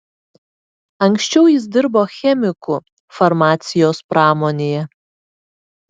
anksčiau jis dirbo chemiku farmacijos pramonėje